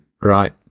Right